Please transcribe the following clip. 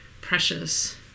precious